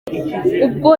ubwo